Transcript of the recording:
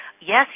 Yes